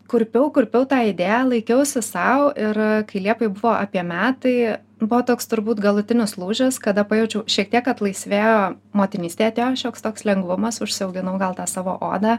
kurpiau kurpiau tą idėją laikiausi sau ir kai liepai buvo apie metai buvo toks turbūt galutinis lūžis kada pajaučiau šiek tiek atlaisvėjo motinystė atėjo šioks toks lengvumas užsiauginau gal tą savo odą